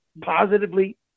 positively